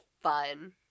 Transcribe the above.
fun